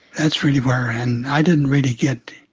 that's really where and i didn't really get